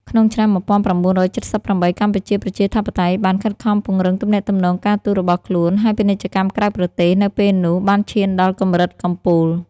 ក្នុងឆ្នាំ១៩៧៨ កម្ពុជាប្រជាធិបតេយ្យបានខិតខំពង្រីកទំនាក់ទំនងការទូតរបស់ខ្លួន ហើយពាណិជ្ជកម្មក្រៅប្រទេស នៅពេលនោះ បានឈានដល់កម្រិតកំពូល។